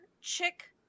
chick